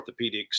orthopedics